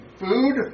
food